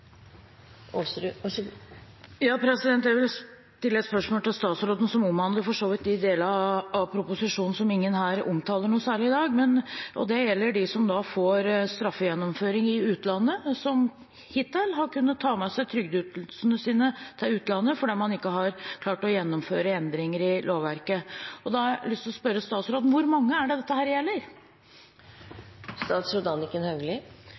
Jeg vil stille statsråden et spørsmål som for så vidt omhandler de delene av proposisjonen som ingen her omtaler noe særlig i dag. Det gjelder dem som får straffegjennomføring i utlandet, og som hittil har kunnet ta med seg trygdeytelsene til utlandet fordi man ikke har klart å gjennomføre endringer i lovverket. Jeg har lyst til å spørre statsråden om hvor mange dette gjelder. Det har jeg ikke tall på her.